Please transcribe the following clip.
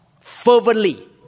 fervently